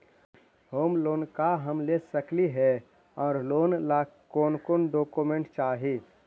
Home loan का हम ले सकली हे, और लेने ला कोन कोन डोकोमेंट चाही?